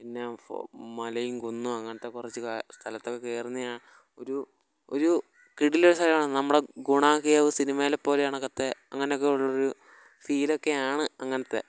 പിന്നെ മലയും കുന്നും അങ്ങനത്തെ കുറച്ച് സ്ഥലത്തൊക്കെ കയറുന്ന ആ ഒരു ഒരു കിടിലൻ സ്ഥലമാണ് നമ്മുടെ ഗുണ കേവ് സിനിമയിലെ പോലെയാണകത്തെ അങ്ങനൊക്കെ ഉള്ളൊരു ഫീലൊക്കെയാണ് അങ്ങനത്തെ